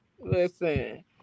Listen